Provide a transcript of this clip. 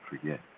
forget